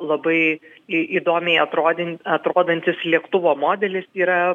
labai įdomiai atrodin atrodantis lėktuvo modelis yra